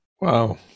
Wow